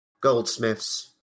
goldsmiths